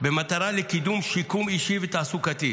במטרה לקדם שיקום אישי ותעסוקתי.